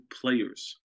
players